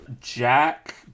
Jack